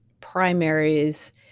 primaries